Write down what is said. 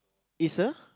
is a